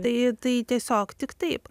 tai tai tiesiog tik taip